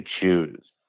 choose